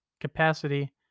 capacity